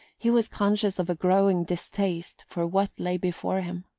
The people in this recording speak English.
he was conscious of a growing distaste for what lay before him.